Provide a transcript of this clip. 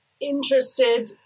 Interested